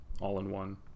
all-in-one